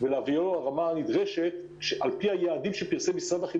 כמו שביקש חבר הכנסת,